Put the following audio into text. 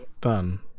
done